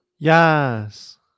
Yes